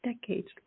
decades